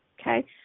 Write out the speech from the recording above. Okay